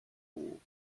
ohren